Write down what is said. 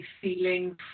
feeling